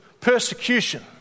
persecution